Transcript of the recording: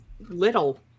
little